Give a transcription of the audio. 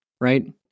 right